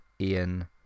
Ian